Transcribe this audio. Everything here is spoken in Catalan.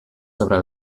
sobre